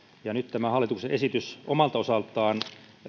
ja nyt tämä hallituksen esitys omalta osaltaan